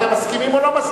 אתם מסכימים או לא מסכימים?